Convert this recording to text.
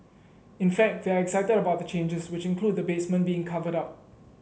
in fact they are excited about the changes which include the basement being covered up